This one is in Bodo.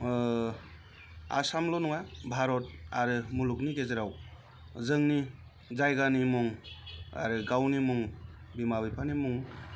आसामल' नङा भारत आरो मुलुगनि गेजेराव जोंनि जायगानि मुं आरो गावनि मुं बिमा बिफानि मुं